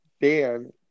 Dan